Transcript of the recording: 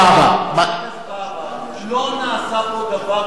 חבר הכנסת והבה, לא נעשה פה דבר כדי להסתיר.